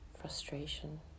frustration